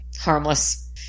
harmless